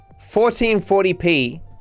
1440p